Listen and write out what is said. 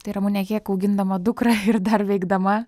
tai ramune kiek augindama dukrą ir dar veikdama